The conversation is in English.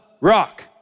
rock